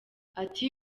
ati